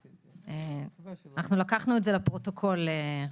פרופ'